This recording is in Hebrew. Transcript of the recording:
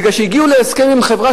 בגלל שהגיעו להסכם עם חברה,